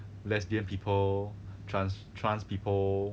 lesbian people trans trans people